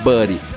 Buddy